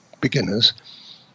beginners